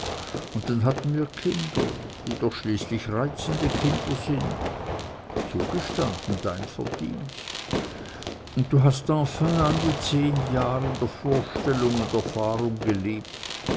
und dann hatten wir die kinder die doch schließlich reizende kinder sind zugestanden dein verdienst und du hast enfin an die zehn jahr in der vorstellung und erfahrung gelebt